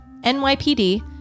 NYPD